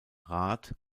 rath